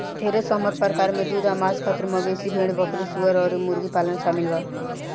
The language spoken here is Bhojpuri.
ढेरे सहमत प्रकार में दूध आ मांस खातिर मवेशी, भेड़, बकरी, सूअर अउर मुर्गी पालन शामिल बा